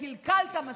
קלקלת מספיק,